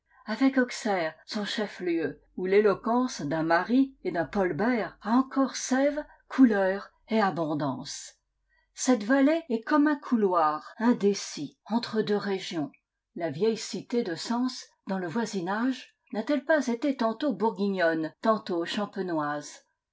avec auxerre son chef-lieu où l'éloquence d'un marie et d'un paul bert a encore sève couleur et abondance cette vallée est comme un couloir indécis entre deux régions la vieille cité de sens dans le voisinage n'a-t-elle pas été tantôt bourguignonne tantôt champenoise